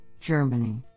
Germany